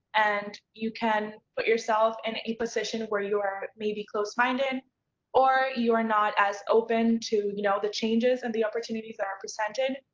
and you can put yourself in a position where you are maybe close-minded or you are not as open to you know the changes or and the opportunities that are presented.